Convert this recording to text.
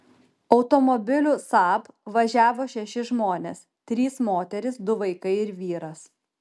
automobiliu saab važiavo šeši žmonės trys moterys du vaikai ir vyras